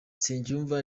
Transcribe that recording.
nsengiyumva